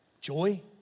Joy